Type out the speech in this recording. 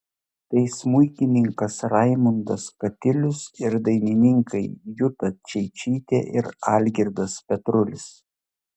tai smuikininkas raimundas katilius ir dailininkai juta čeičytė ir algirdas petrulis